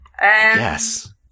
Yes